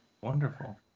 Wonderful